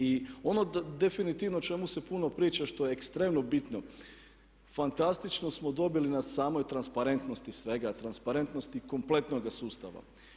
I ono definitivno o čemu se puno priča što je ekstremno bitno, fantastično smo dobili na samoj transparentnosti svega, transparentnosti kompletnoga sustava.